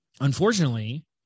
unfortunately